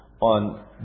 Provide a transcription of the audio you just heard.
on